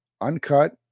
uncut